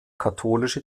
katholische